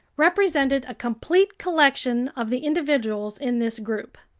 represented a complete collection of the individuals in this group.